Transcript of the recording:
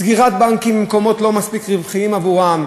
סגירת בנקים במקומות לא מספיק רווחיים עבורם,